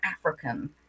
African